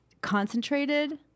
concentrated